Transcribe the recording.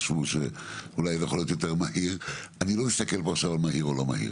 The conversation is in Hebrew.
אני לא מסתכל על מהיר ולא מהיר,